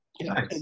Nice